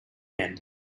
end